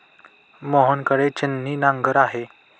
मोहन कडे छिन्नी नांगर आहे